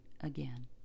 again